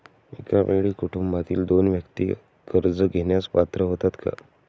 एका वेळी कुटुंबातील दोन व्यक्ती कर्ज घेण्यास पात्र होतात का?